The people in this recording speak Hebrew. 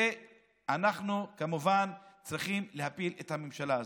ואנחנו כמובן צריכים להפיל את הממשלה הזאת.